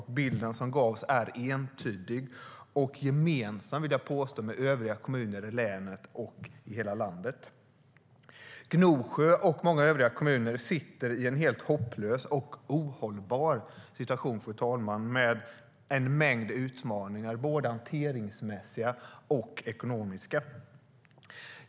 Den bild som gavs är entydig och, vill jag påstå, gemensam med övriga kommuner i länet och i hela landet. Gnosjö och många övriga kommuner sitter, fru talman, i en helt hopplös och ohållbar situation, med en mängd utmaningar, både hanteringsmässiga och ekonomiska.